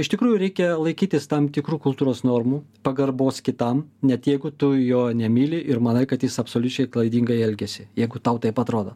iš tikrųjų reikia laikytis tam tikrų kultūros normų pagarbos kitam net jeigu tu jo nemyli ir manai kad jis absoliučiai klaidingai elgiasi jeigu tau taip atrodo